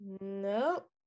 Nope